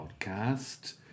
podcast